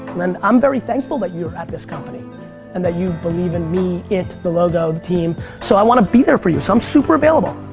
and i'm very thankful that you're at this company and that you believe in me, it, the logo, the team so i want to be there for you. so i'm super available.